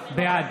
בעד